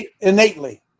Innately